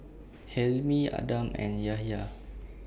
Hilmi Adam and Yahya